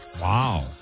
Wow